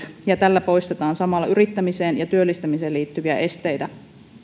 ja tällä poistetaan samalla yrittämiseen ja työllistämiseen liittyviä esteitä